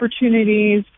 opportunities